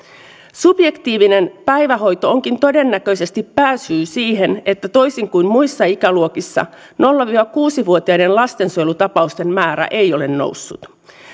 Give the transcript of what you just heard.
subjektiivinen päivähoito onkin todennäköisesti pääsyy siihen että toisin kuin muissa ikäluokissa nolla viiva kuusi vuotiaiden lastensuojelutapausten määrä ei ole noussut